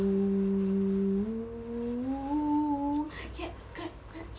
mm !woo! !woo! clap clap clap